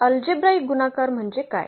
तर अल्जेब्राईक गुणाकार म्हणजे काय